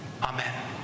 Amen